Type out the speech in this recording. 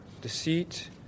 deceit